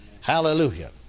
Hallelujah